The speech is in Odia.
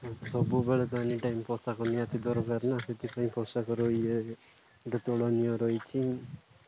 ସବୁବେଳେ ତ ଏନି ଟାଇମ୍ ପୋଷାକ ନିହାତି ଦରକାର ନା ସେଥିପାଇଁ ପୋଷାକର ଇଏ ଗୋଟେ ତୁଳନୀୟ ରହିଛି